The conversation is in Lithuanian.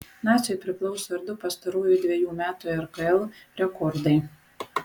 naciui priklauso ir du pastarųjų dvejų metų rkl rekordai